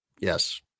Yes